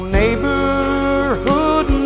neighborhood